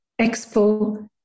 Expo